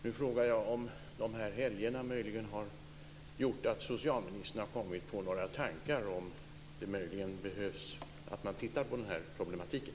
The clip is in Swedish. Nu frågar jag om de här helgerna möjligen har gjort att socialministern har kommit på några tankar om huruvida det möjligen behövs att man tittar på den här problematiken.